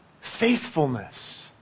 faithfulness